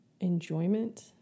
enjoyment